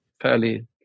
fairly